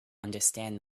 understand